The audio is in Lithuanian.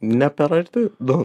ne per arti nu